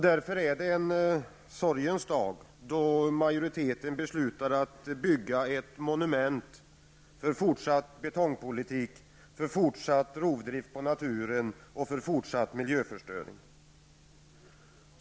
Därför är det en sorgens dag då majoriteten beslutar bygga ett monument för fortsatt betongpolitik, rovdrift på naturen och miljöförstöring.